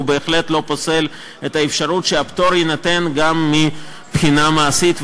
הוא בהחלט לא פוסל את האפשרות שהפטור יינתן גם מהבחינה המעשית,